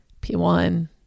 P1